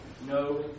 No